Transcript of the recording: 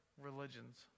religions